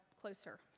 closer